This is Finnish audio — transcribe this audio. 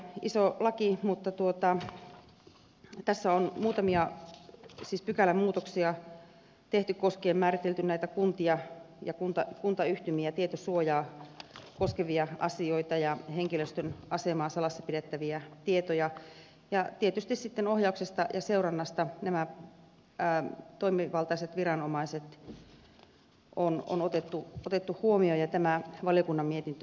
iso laki mutta tässä on muutamia pykälämuutoksia tehty määritelty näitä kuntia ja kuntayhtymiä tietosuojaa koskevia asioita ja henkilöstön asemaa salassa pidettäviä tietoja ja tietysti sitten ohjauksessa ja seurannassa nämä toimivaltaiset viranomaiset on otettu huomioon ja tämä valiokunnan mietintö